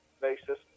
basis